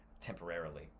temporarily